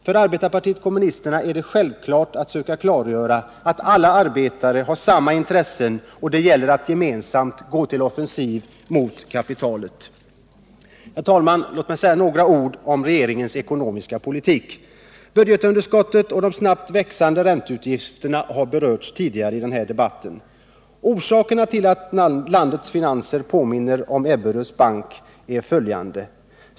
För arbetarpartiet kommunisterna är det självklart att söka klargöra att alla arbetare har samma intressen och att det gäller att gemensamt gå till offensiv mot kapitalet. Herr talman! Låt mig säga några ord om regeringens ekonomiska politik. Budgetunderskottet och de snabbt växande ränteutgifterna har berörts tidigare i debatten. Orsakerna till att landets finanser påminner om Ebberöds bank är följande.